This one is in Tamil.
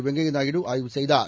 வெங்கைய நாயுடு ஆய்வு செய்தார்